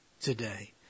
today